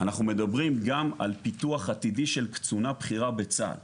אנחנו מדברים גם על פיתוח עתידי של קצונה בכירה בצה”ל